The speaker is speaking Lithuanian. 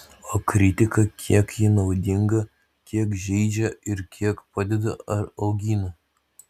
o kritika kiek ji naudinga kiek žeidžia ir kiek padeda ar augina